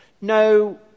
no